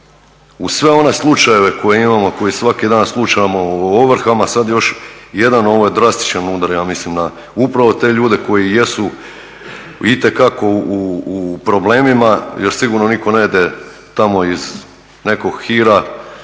Uz sve one slučajeve koje imamo, koje svaki dan slušamo o ovrhama sad još jedan, ovo je drastičan udar ja mislim na upravo te ljude koji jesu itekako u problemima jer sigurno nitko ne ide tamo iz nekog hira